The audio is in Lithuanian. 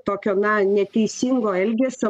tokio na neteisingo elgesio